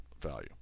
value